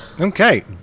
Okay